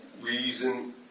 reason